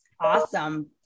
Awesome